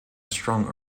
strong